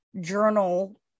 journal